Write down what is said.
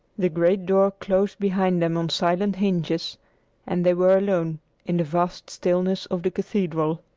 the great door closed behind them on silent hinges and they were alone in the vast stillness of the cathedral.